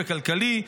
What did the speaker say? כלכלי,